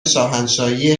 شاهنشاهی